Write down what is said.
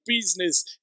business